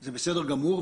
זה בסדר גמור.